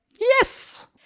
Yes